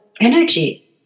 energy